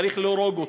צריך להרוג אותו.